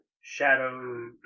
shadow